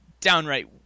downright